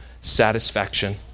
satisfaction